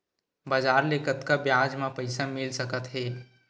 बजार ले कतका ब्याज म पईसा मिल सकत हे?